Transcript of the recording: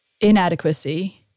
inadequacy